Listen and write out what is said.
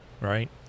Right